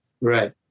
Right